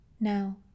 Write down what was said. Now